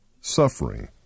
Suffering